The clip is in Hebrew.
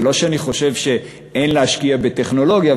זה לא שאני חושב שאין להשקיע בטכנולוגיה,